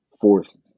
forced